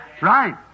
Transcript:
Right